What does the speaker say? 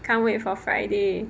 can't wait for friday